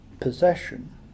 possession